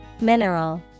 Mineral